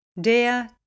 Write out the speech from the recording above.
Der